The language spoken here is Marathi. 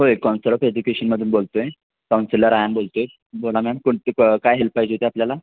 होय काउन्सिल ऑफ एज्युकेशमधून बोलतोय काउन्सिलर आ बोलतोय बोला मॅम कोणते क काय हेल्प पाहिजे ती आपल्याला